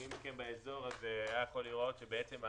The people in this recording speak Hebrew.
מי שביקר באזור הזה היה יכול לראות שהמקטע